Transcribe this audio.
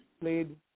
played